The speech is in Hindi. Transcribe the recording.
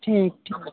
ठीक ठीक